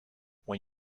when